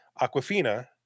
Aquafina